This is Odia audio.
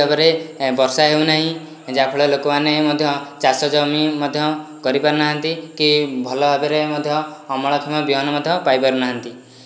ଠିକ ଭାବରେ ବର୍ଷା ହେଉନାହିଁ ଯାହାଫଳରେ ଲୋକମାନେ ମଧ୍ୟ ଚାଷଜମି ମଧ୍ୟ କରିପାରୁନାହାନ୍ତି କି ଭଲ ଭାବରେ ଅମଳକ୍ଷମ ବିହନ ମଧ୍ୟ ପାଇପାରୁନାହାନ୍ତି